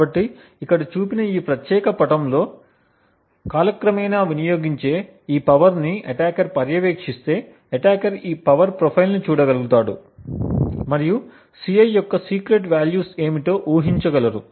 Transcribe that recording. కాబట్టి ఇక్కడ చూపిన ఈ ప్రత్యేక పటంలో లాగా కాలక్రమేణా వినియోగించే ఈ పవర్ని అటాకర్ పర్యవేక్షిస్తే అటాకర్ ఈ పవర్ ప్రొఫైల్ను చూడగలుగుతాడు మరియు Ci యొక్క సీక్రెట్ వాల్యూస్ ఏమిటో ఊహించగలరు